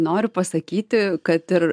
noriu pasakyti kad ir